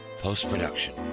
Post-production